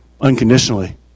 Unconditionally